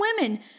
women